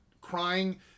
crying